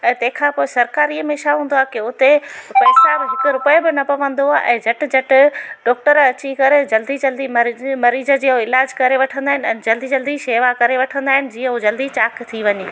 ऐं तंहिंखां पोइ सरकारी में छा हूंदो आहे की हुते पैसा हिकु रुपए बि न पवंदो आहे ऐं झटि झटि डॉक्टर अची करे जल्दी जल्दी मरीज़ मरीज़ जो इलाज करे वठंदा आहिनि ऐं जल्दी जल्दी शेवा करे वठंदा आहिनि जीअं उहे जल्दी चाक थी वञे